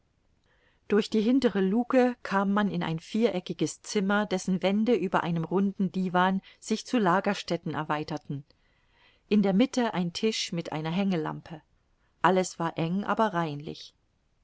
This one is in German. durch die hintere lucke kam man in ein viereckiges zimmer dessen wände über einem runden divan sich zu lagerstätten erweiterten in der mitte ein tisch mit einer hängelampe alles war eng aber reinlich